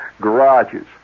garages